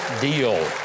deal